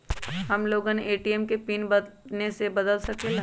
हम लोगन ए.टी.एम के पिन अपने से बदल सकेला?